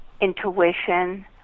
intuition